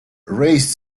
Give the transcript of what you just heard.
raised